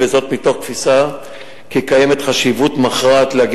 וזאת מתוך התפיסה שיש חשיבות מכרעת להגיע